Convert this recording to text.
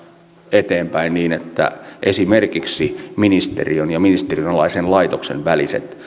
eteenpäin niin että esimerkiksi ministeriön ja ministeriön alaisen laitoksen väliset